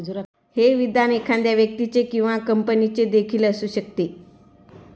हे विधान एखाद्या व्यक्तीचे किंवा कंपनीचे देखील असू शकते